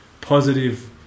positive